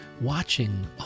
watching